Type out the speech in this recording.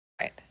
right